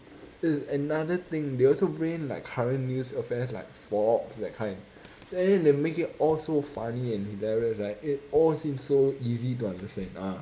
and another thing they also bring in like current news affairs like forbes that kind then they make it all so funny and hilarious right it all seems so easy to understand ah